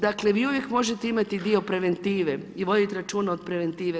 Dakle, vi uvijek možete imati dio preventive i voditi računa o preventivi.